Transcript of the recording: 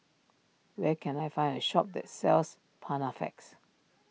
where can I find a shop that sells Panaflex